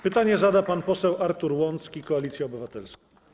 Pytanie zada pan poseł Artur Łącki, Koalicja Obywatelska.